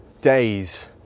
days